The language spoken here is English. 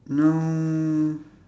now